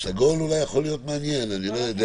סגול אולי יכול להיות מעניין, אני לא יודע